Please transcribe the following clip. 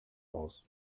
aus